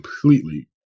completely